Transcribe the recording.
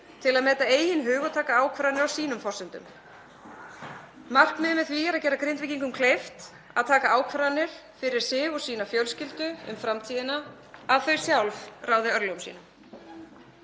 til að meta eigin hug og taka ákvarðanir á sínum forsendum. Markmiðið með því er að gera Grindvíkingum kleift að taka ákvarðanir fyrir sig og sína fjölskyldu um framtíðina, að þau sjálf ráði örlögum sínum.